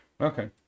okay